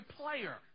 player